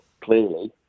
clearly